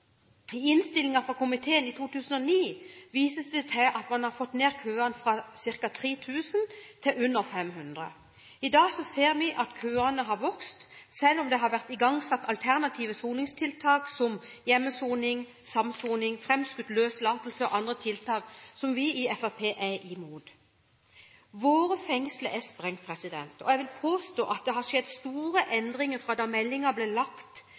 I innstillingen fra komiteen i 2009 vises det til at man har fått ned køene fra ca. 3 000 til under 500. I dag ser vi at køene har vokst, selv om det har vært igangsatt alternative soningstiltak, som hjemmesoning, samsoning, framskutt løslatelse og andre tiltak som vi i Fremskrittspartiet er imot. Kapasiteten i våre fengsler er sprengt, og jeg vil påstå at det har skjedd store endringer fra da meldingen ble lagt